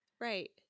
right